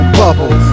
bubble